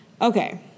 Okay